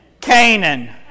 Canaan